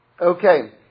Okay